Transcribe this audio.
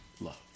love